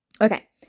Okay